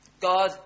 God